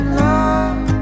love